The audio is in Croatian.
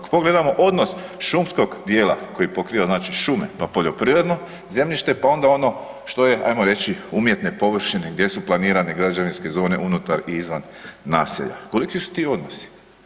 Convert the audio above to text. Kad pogledamo odnos šumskog dijela koji pokriva znači šume pa poljoprivredno zemljište, pa onda ono što je ajmo reći umjetne površine gdje su planirane građevinske zone unutar i izvan naselja, koliki su ti odnosi?